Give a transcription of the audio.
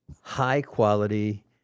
high-quality